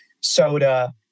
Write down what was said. soda